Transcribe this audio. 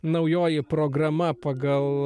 naujoji programa pagal